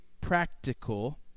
practical